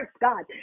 God